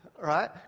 right